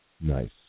Nice